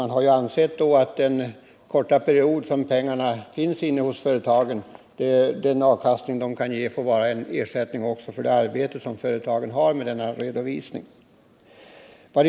Man har då ansett att den avkastning som pengarna kan ge under den korta period då de finns inne hos företagen får vara en ersättning för det arbete som företagen har med redovisningen.